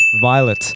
violet